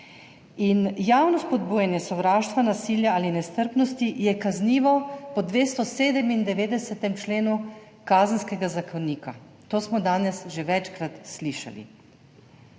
in javno spodbujanje sovraštva, nasilja ali nestrpnosti je kaznivo po 297. členu Kazenskega zakonika. To smo danes že večkrat slišali.